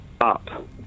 Up